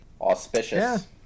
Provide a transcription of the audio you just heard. auspicious